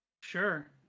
Sure